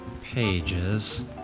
pages